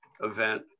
event